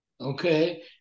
Okay